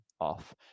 off